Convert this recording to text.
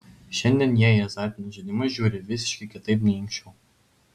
šiandien jie į azartinius žaidimus žiūri visiškai kitaip nei anksčiau